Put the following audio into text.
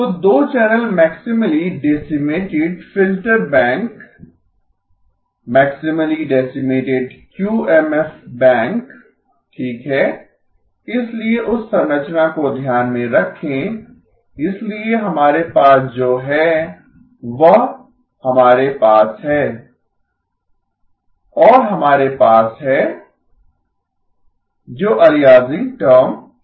तो दो channel maximally decimated filter bank maximally decimated QMF bank ठीक है इसलिए उस संरचना को ध्यान में रखें इसलिए हमारे पास जो है वह हमारे पास है और हमारे पास है जो अलियासिंग टर्म है